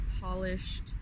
polished